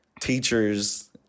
teachers